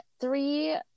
three